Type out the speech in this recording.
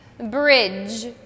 bridge